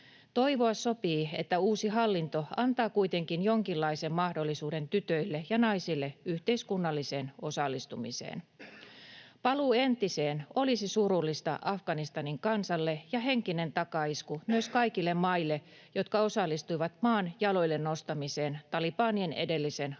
Toivoa sopii, että uusi hallinto antaa kuitenkin jonkinlaisen mahdollisuuden tytöille ja naisille yhteiskunnalliseen osallistumiseen. Paluu entiseen olisi surullista Afganistanin kansalle ja henkinen takaisku myös kaikille niille maille, jotka osallistuivat maan jaloille nostamiseen talibanien edellisen hallinnon